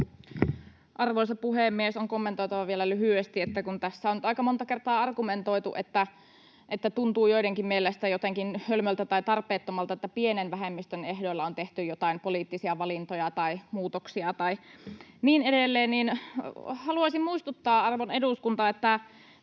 Arvoisa puhemies! On kommentoitava vielä lyhyesti, että kun tässä on nyt aika monta kertaa argumentoitu, että tuntuu joidenkin mielestä jotenkin hölmöltä tai tarpeettomalta, että pienen vähemmistön ehdoilla on tehty joitain poliittisia valintoja tai muutoksia tai niin edelleen, niin haluaisin muistuttaa, arvon eduskunta, että